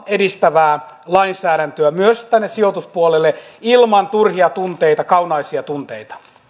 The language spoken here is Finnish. edistävää lainsäädäntöä myös tänne sijoituspuolelle ilman turhia tunteita kaunaisia tunteita